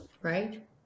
right